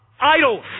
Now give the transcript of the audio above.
idols